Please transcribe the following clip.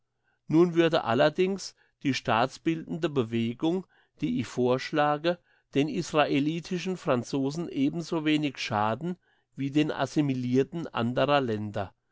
nun würde allerdings die staatbildende bewegung die ich vorschlage den israelitischen franzosen ebensowenig schaden wie den assimilirten anderer länder